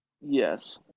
Yes